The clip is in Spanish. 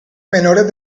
menores